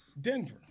Denver